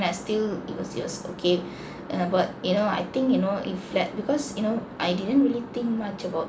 I still it was it was okay uh but you know I think you know if let because you know I didn't really think much about